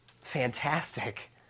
fantastic